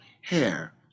Hair